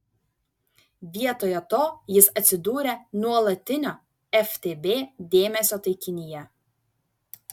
vietoje to jis atsidūrė nuolatinio ftb dėmesio taikinyje